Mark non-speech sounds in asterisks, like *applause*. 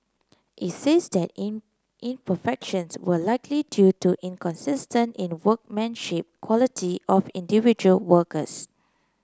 it says that *unintelligible* imperfections were likely due to inconsistent in workmanship quality of individual workers